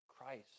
Christ